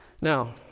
Now